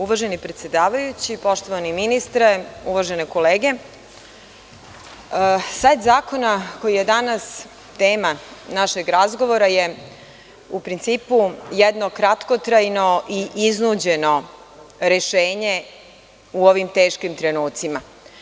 Uvaženi predsedavajući, poštovani ministre, uvažene kolege, set zakona koji je danas tema našeg razgovora je u principu jedno kratkotrajno i iznuđeno rešenje u ovim teškim trenucima.